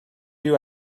you